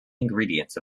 ingredients